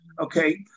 Okay